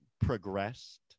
progressed